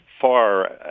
far